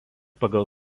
pagal